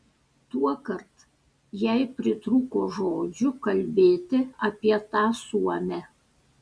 tuokart jai pritrūko žodžių kalbėti apie tą suomę